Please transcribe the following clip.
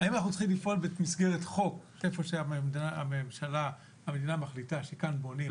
האם אנחנו צריכים לפעול במסגרת חוק איפה המדינה מחליטה שכאן בונים?